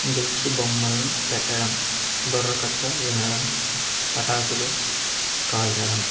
గొలుసు బొమ్మలను పెట్టడం బుర్రకథ వినడం పటాకులు కాల్చడం